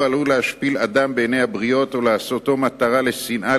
עלול להשפיל אדם בעיני הבריות או לעשותו מטרה לשנאה,